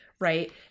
right